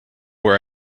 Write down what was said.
where